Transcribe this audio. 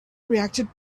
reacted